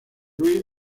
louis